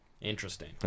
Interesting